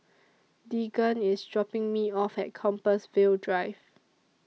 Deegan IS dropping Me off At Compassvale Drive